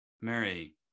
Mary